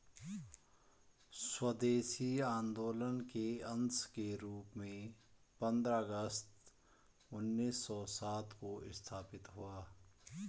स्वदेशी आंदोलन के अंश के रूप में पंद्रह अगस्त उन्नीस सौ सात को स्थापित हुआ